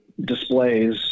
displays